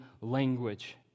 language